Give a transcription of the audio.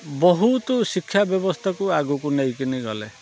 ବହୁତ ଶିକ୍ଷା ବ୍ୟବସ୍ଥାକୁ ଆଗୁକୁ ନେଇକିନି ଗଲେ